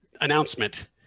announcement